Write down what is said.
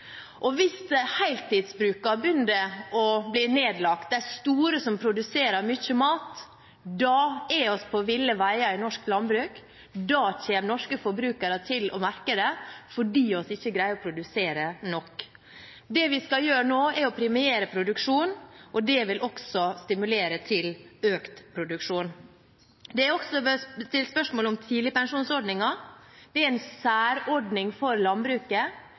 dag. Hvis heltidsbrukene begynner å bli nedlagt, de store, som produserer mye mat, da er vi på ville veier i norsk landbruk, da kommer norske forbrukere til å merke det fordi vi ikke greier å produsere nok. Det vi skal gjøre nå, er å premiere produksjon, og det vil også stimulere til økt produksjon. Det har også blitt stilt spørsmål om tidligpensjonsordninger. Det er en særordning for landbruket.